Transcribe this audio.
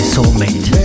Soulmate